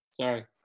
Sorry